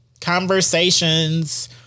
Conversations